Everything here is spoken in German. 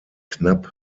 knapp